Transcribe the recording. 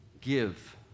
give